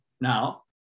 now